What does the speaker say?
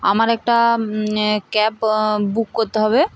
আমার একটা এ ক্যাব বুক করতে হবে